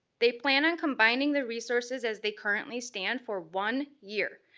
they plan on combining the resources as they currently stand for one year.